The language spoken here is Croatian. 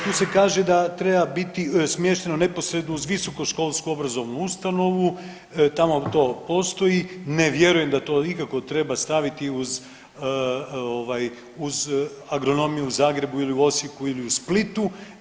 Tu se kaže da treba biti smješteno neposredno uz visokoškolsku obrazovnu ustanovu, tamo to postoji, ne vjerujem da to ikako treba staviti uz ovaj uz agronomiju u Zagrebu ili u Osijeku ili u Splitu.